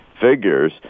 figures